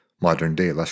modern-day